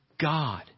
God